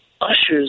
ushers